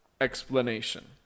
explanation